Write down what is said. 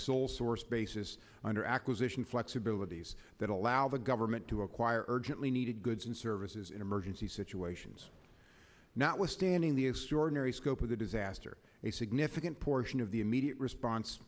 sole source basis under acquisition flexibilities that allow the government to acquire urgently needed goods and services in emergency situations notwithstanding the extraordinary scope of the disaster a significant portion of the immediate response